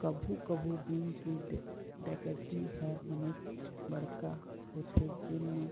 कभू कभू बेंक के डकैती ह बनेच बड़का होथे जेन म